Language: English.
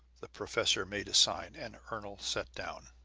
the professor made a sign, and ernol sat down,